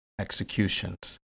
executions